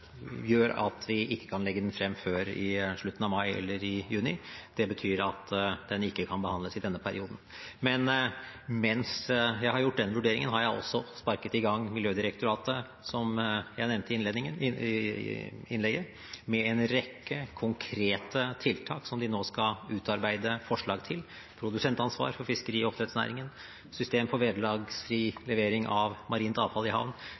gjør at vi ikke kan legge den frem før i slutten av mai eller i juni. Det betyr at den ikke kan behandles i denne perioden. Men mens jeg har gjort den vurderingen, har jeg også sparket i gang Miljødirektoratet, som jeg nevnte i innlegget, med en rekke konkrete tiltak som de nå skal utarbeide forslag til – produsentansvar for fiskeri- og oppdrettsnæringen, system for vederlagsfri levering av marint avfall i havn,